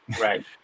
right